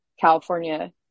California